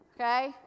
Okay